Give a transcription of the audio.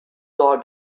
dog